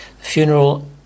funeral